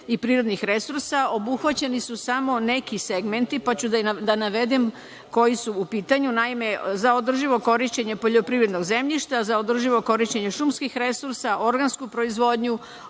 i prirodnih resursa obuhvaćeni su samo neki segmenti, pa ću da navedem koji su u pitanju. Naime, za održivo korišćenje poljoprivrednog zemljišta, za održivo korišćenje šumskih resursa, organsku proizvodnju,